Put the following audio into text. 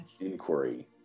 inquiry